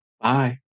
bye